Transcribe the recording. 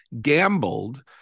gambled